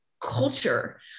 culture